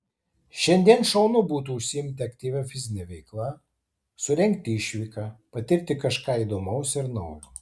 šiandien šaunu būtų užsiimti aktyvia fizine veikla surengti išvyką patirti kažką įdomaus ir naujo